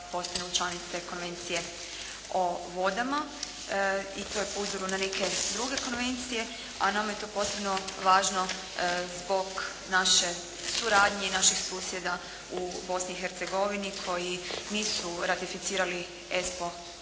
postanu članice Konvencije o vodama. I to je po uzoru na neke druge konvencije a nama je to posebno važno zbog naše suradnje i naših susjeda u Bosni i Hercegovini koji nisu ratificirali ESPO